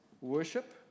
worship